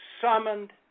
summoned